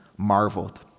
marveled